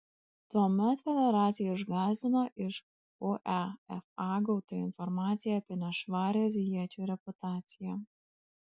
tuomet federaciją išgąsdino iš uefa gauta informacija apie nešvarią azijiečių reputaciją